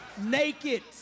naked